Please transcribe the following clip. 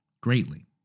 greatly